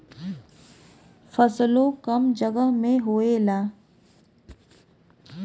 फसलो कम जगह मे होएला